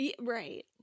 Right